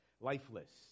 Lifeless